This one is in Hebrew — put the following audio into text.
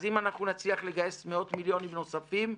אז אם אנחנו נצליח לגייס מאות מיליונים נוספים,